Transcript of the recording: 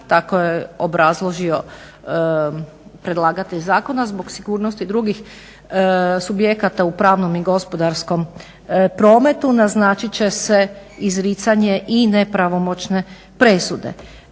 tako je obrazložio predlagatelj zakona, zbog sigurnosti drugih subjekata u pravnom i gospodarskom prometu naznačit će se izricanje i nepravomoćne presude.